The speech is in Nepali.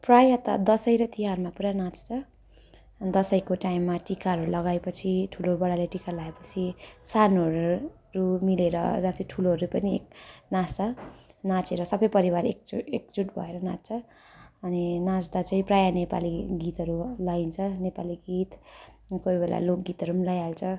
प्राय त दसैँ र तिहारमा पुरा नाच्छ दसैँको टाइममा टिकाहरू लगाए पछि ठुलो बडाले टिका लगाए पछि सानोहरू मिलेर र त्यो ठुलोहरूले पनि नाच्छ नाचेर सबै परिवार एकजुट एकजुट भएर नाच्छ अनि नाच्दा चाहिँ प्राय नेपाली गीतहरू लगाइन्छ नेपाली गीत कोही बेला लोकगीतहरू पनि लगाइहाल्छ